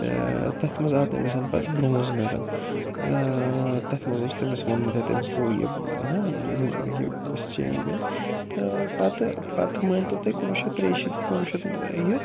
تہٕ تَتھ منٛز آو تٔمِس پتہٕ برٛونٛز مٮ۪ڈَل تَتھ منٛز اوس تٔمِس ووٚنمُت ہے تٔمِس گوٚو یہِ یہِ نا یہِ گوس چینج وینج تہٕ پتہٕ پتہٕ مٲنۍتو تُہۍ کُنوُہ شَتھ ترٛیٚیہِ شیٖتھ تہٕ کُنوُہ شَتھ یہِ